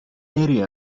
area